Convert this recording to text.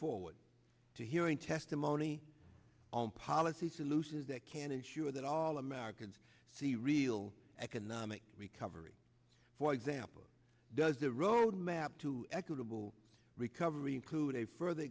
forward to hearing testimony on policy solutions that can ensure that all americans see real economic recovery for example does the road map to equitable recovery include a further